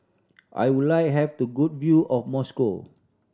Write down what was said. I would like have to good view of Moscow